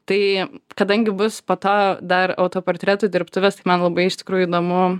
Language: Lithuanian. tai kadangi bus po to dar autoportretų dirbtuvės ta man labai iš tikrųjų įdomu